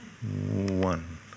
One